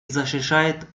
защищает